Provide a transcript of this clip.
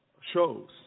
shows